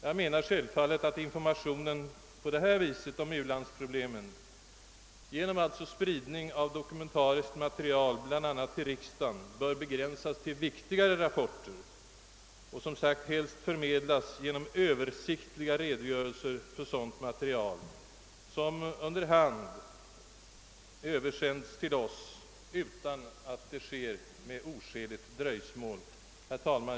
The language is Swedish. Jag menar självfallet att informationen om u-landsproblemen genom spridning av dokumentariskt material bl.a. till riksdagen måste begränsas till viktigare rapporter och helst förmedlas genom översiktliga redogörelser, som kunde mera under hand översändas till oss och givetvis utan oskäligt dröjsmål. Herr talman!